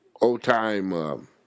old-time